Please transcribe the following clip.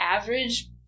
average